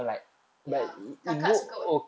ya kakak suka [what]